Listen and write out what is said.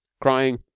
crying